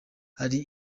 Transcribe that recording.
hari